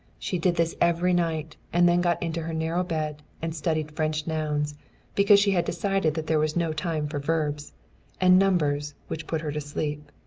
she did this every night, and then got into her narrow bed and studied french nouns because she had decided that there was no time for verbs and numbers, which put her to sleep.